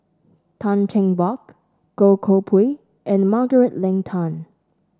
Tan Cheng Bock Goh Koh Pui and Margaret Leng Tan